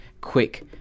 Quick